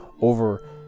over